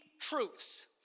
truths